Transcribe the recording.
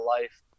life